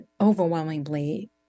overwhelmingly